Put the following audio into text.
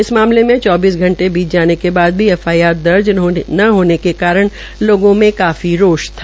इस मामले में चौबीस घंटे बीत जाने के बाद भी एफआईआर दर्ज न हाने के कारण लोगों में रोष था